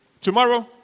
tomorrow